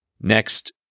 Next